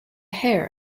hair